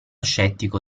scettico